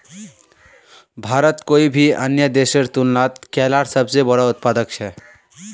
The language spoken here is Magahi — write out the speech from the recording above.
भारत कोई भी अन्य देशेर तुलनात केलार सबसे बोड़ो उत्पादक छे